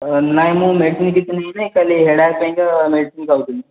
ନାହିଁ ମୁଁ ମେଡ଼ିସିନ କିଛି ନେଇନି ଖାଲି ହେଡ଼୍ ଆକ୍ ପାଇଁକା ମେଡ଼ିସିନ ଖାଉଥିଲି